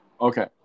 Okay